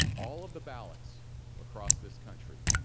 all of the ballots across this country